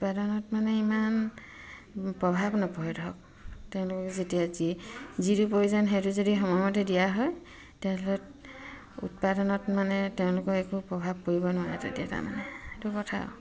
উৎপাদনত মানে ইমান প্ৰভাৱ নপৰে ধৰক তেওঁলোকক যেতিয়া যি যিটো প্ৰয়োজন সেইটো যদি সময়মতে দিয়া হয় উৎপাদনত মানে তেওঁলোকৰ একো প্ৰভাৱ পৰিব নোৱাৰে তেতিয়া তাৰমানে সেইটো কথা আৰু